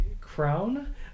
crown